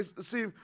see